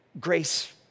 grace